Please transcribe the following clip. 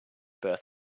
birth